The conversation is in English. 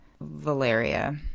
Valeria